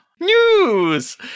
News